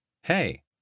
Hey